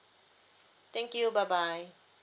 thank you bye bye